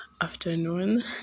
afternoon